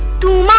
to